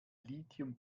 lithium